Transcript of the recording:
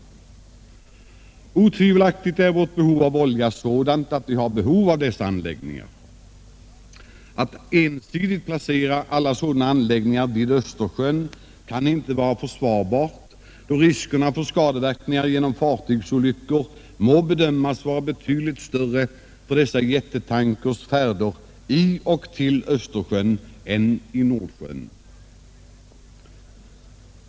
Otvivelaktigt är vårt behov av olja sådant att vi behöver dessa anläggningar. Att ensidigt placera alla sådana anläggningar vid Östersjön kan inte vara försvarbart, då riskerna för skadeverkningar genom fartygsolyckor må bedömas vara betydligt större för dessa jättetankers färder i och till Östersjön än i Nordsjön.